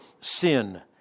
sin